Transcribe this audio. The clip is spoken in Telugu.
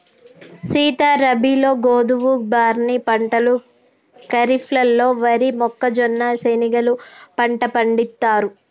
సీత రబీలో గోధువు, బార్నీ పంటలు ఖరిఫ్లలో వరి, మొక్కజొన్న, శనిగెలు పంట పండిత్తారు